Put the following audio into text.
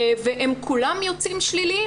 והם כולם יוצאים שליליים,